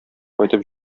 кайтып